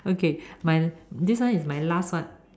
okay my this one is my last one